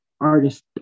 artist